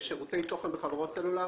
בשירותי תוכן וחברות סלולר